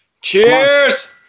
Cheers